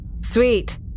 sweet